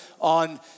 on